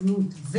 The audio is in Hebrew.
וזנות,